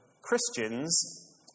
Christians